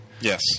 Yes